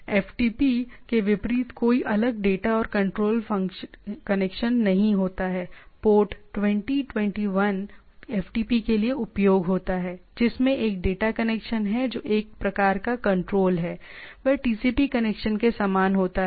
FTP के विपरीत कोई अलग डेटा और कंट्रोल कनेक्शन नहीं होता है पोर्ट 20 21 एफटीपी के लिए उपयोग होता है जिसमें एक डेटा कनेक्शन है जो एक प्रकार का कंट्रोल है वह टीसीपी कनेक्शन के समान होता हैं